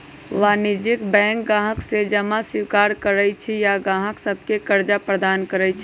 वाणिज्यिक बैंक गाहक से जमा स्वीकार करइ छइ आऽ गाहक सभके करजा प्रदान करइ छै